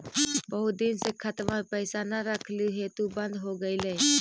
बहुत दिन से खतबा में पैसा न रखली हेतू बन्द हो गेलैय?